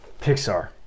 Pixar